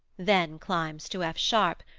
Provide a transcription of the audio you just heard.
then climbs to f sharp,